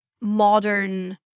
modern